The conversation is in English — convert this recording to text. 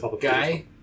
guy